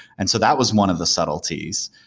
and so that was one of the subtleties.